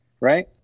Right